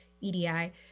EDI